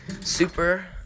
Super